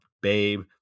babe